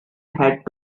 had